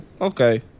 okay